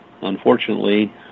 unfortunately